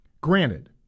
Granted